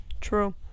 True